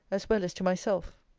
as well as to myself.